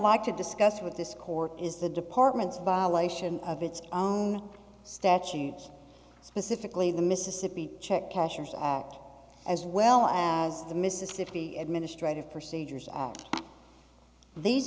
like to discuss with this court is the department's violation of its own statutes specifically the mississippi check cashers act as well as the mississippi administrate of procedures act these